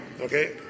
Okay